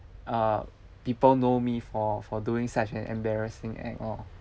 uh people know me for for doing such an embarrassing act lor